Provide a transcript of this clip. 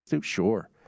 sure